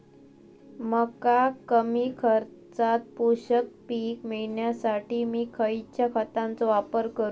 मका कमी खर्चात पोषक पीक मिळण्यासाठी मी खैयच्या खतांचो वापर करू?